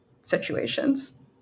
situations